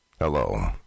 Hello